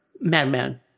Madman